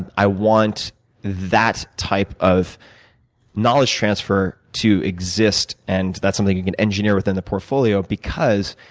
and i want that type of knowledge transfer to exist, and that's something you can engineer within the portfolio because,